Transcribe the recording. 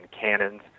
cannons